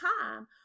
time